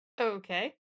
Okay